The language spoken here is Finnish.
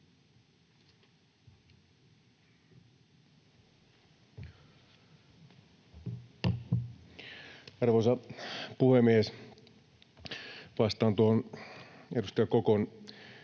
Arvoisa puhemies! Vastaan tuohon edustaja Kokon